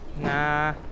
Nah